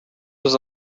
was